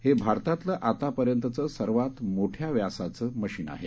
हे भारतातलं आतापर्यंतचं सर्वात मोठ्या व्यासाचं यंत्र आहे